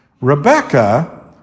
Rebecca